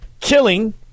killing